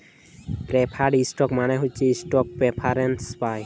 preferred stock মালে হছে সে ইস্টক প্রেফারেল্স পায়